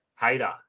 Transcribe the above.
hater